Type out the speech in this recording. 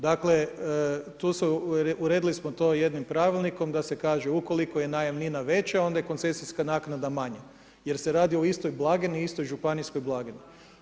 Dakle, tu su, uredili smo to jednim Pravilnikom da se kaže ukoliko je najamnina veća onda je koncesijska naknada manja, jer se radi o istoj blagajni i istoj županijskoj blagajni.